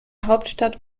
hauptstadt